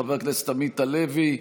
חבר הכנסת עמית הלוי,